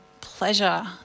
pleasure